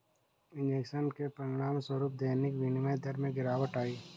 injection के परिणामस्वरूप दैनिक विनिमय दर में गिरावट आई